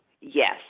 Yes